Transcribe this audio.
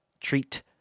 treat